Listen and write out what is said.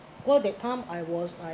poor that time I was like